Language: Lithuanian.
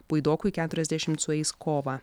puidokui keturiasdešimt sueis kovą